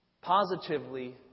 positively